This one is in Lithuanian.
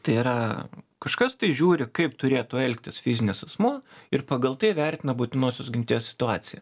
tai yra kažkas tai žiūri kaip turėtų elgtis fizinis asmuo ir pagal tai vertina būtinosios ginties situaciją